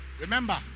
Remember